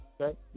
Okay